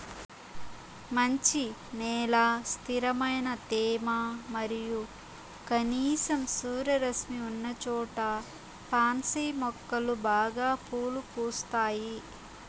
మంచి నేల, స్థిరమైన తేమ మరియు కనీసం సూర్యరశ్మి ఉన్నచోట పాన్సి మొక్కలు బాగా పూలు పూస్తాయి